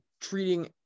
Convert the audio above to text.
treating